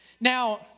Now